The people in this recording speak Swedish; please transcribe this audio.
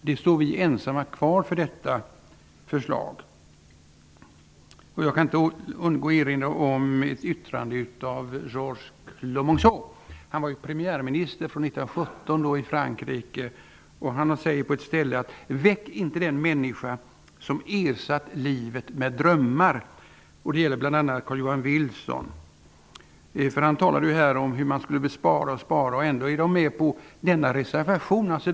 Vi står ensamma kvar för detta förslag. Jag kan inte undgå att erinra om ett yttrande av Georges Clemenceau. Han var ju från år 1917 premiärminister i Frankrike. Han säger på ett ställe: Väck inte den människa som ersatt livet med drömmar. Och det gäller bl.a. Carl-Johan Wilson. Han talade här om hur man skulle spara och spara, och ändå går de emot denna reservation.